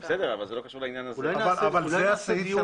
בסדר, אבל זה לא קשור לעניין הזה.